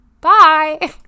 Bye